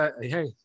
hey